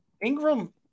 Ingram